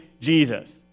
Jesus